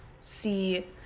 see